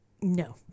No